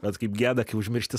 bet kaip geda užmiršti